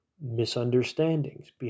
misunderstandings